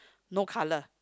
no color